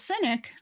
cynic